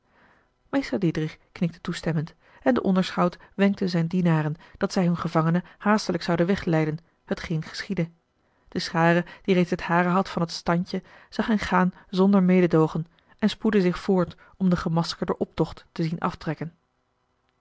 diedrich knikte toestemmend en de onderschout wenkte zijne dienaren dat zij hun gevangene haastelijk zouden wegleiden hetgeen geschiedde de schare die reeds het hare had van het standje zag hen gaan zonder mededoogen en spoedde zich voort om den gemaskerden optocht te zien aftrekken